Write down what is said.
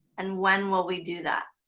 and when will we do that?